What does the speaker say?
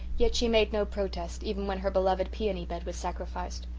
yet she made no protest, even when her beloved peony bed was sacrificed.